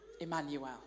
Emmanuel